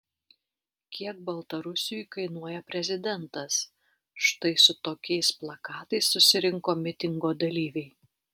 kiek baltarusiui kainuoja prezidentas štai su tokiais plakatais susirinko mitingo dalyviai